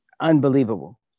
Unbelievable